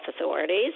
authorities